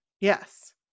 Yes